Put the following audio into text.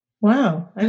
wow